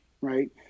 right